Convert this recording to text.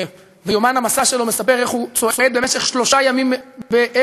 שביומן המסע שלו מספר איך הוא צועד במשך שלושה ימים בארץ-ישראל,